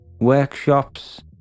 workshops